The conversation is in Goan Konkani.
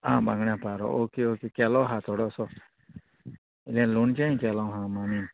आं बांगड्या पारो ओके ओके केलो आहा थोडोसो तें लोणचें केलो आहा मामीन